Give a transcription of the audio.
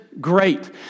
great